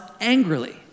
angrily